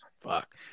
fuck